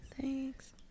Thanks